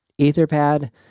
Etherpad